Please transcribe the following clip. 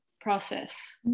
process